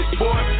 boy